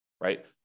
right